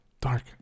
Dark